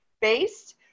based